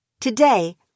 Today